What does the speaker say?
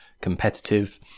competitive